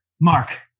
Mark